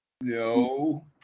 no